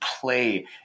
play